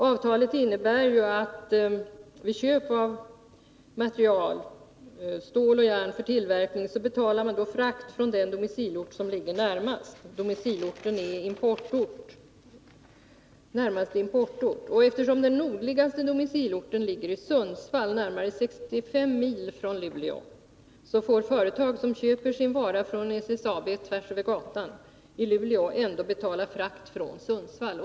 Avtalet innebär att man vid köp av material, stål och järn för tillverkning betalar frakt från den domicilort som ligger närmast. Domicilorten är närmaste importort. Eftersom den nordligaste domicilorten är Sundsvall närmare 65 mil från Luleå, får företag som köper sin vara från SSAB tvärsöver gatan i Luleå ändå betala frakt från Sundsvall.